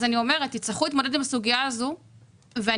אני אומרת שתצטרכו להתמודד עם הסוגיה הזאת ואני